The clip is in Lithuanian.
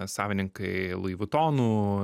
savininkai lui vatonų